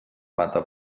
mata